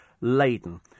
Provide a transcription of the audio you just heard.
laden